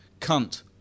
cunt